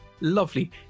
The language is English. lovely